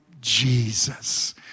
Jesus